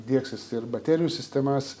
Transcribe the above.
diegsis ir baterijų sistemas